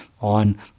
on